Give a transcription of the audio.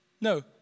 no